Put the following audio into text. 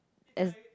as